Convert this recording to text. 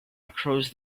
across